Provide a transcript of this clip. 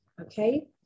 okay